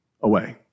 away